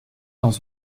dans